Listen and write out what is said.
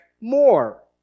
more